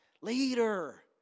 later